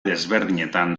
desberdinetan